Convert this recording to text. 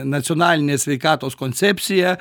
nacionalinė sveikatos koncepcija